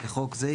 לחוק זה,